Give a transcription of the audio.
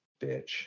bitch